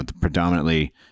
predominantly